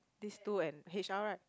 this two and H_R right